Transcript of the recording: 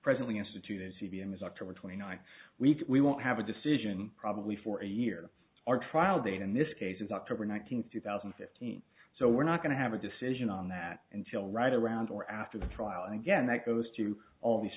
presently instituted c v as october twenty ninth week we won't have a decision probably for a year our trial date in this case is october nineteenth two thousand and fifteen so we're not going to have a decision on that until right around or after the trial and again that goes to all these